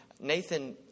Nathan